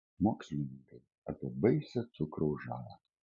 mokslininkai apie baisią cukraus žalą